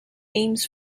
aims